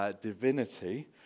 divinity